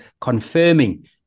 confirming